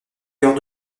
heures